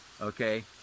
Okay